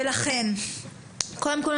ולכן קודם כל,